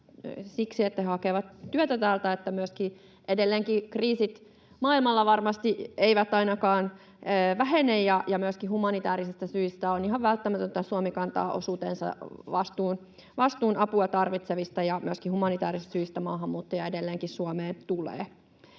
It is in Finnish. siksi, että he hakevat työtä täältä, eivätkä myöskään edelleenkään kriisit maailmalla varmasti ainakaan vähene, ja humanitäärisistä syistä on ihan välttämätöntä, että Suomi kantaa osuutensa, vastuun apua tarvitsevista, eli myöskin humanitäärisistä syistä maahanmuuttajia edelleenkin Suomeen tulee.